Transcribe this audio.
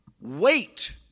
wait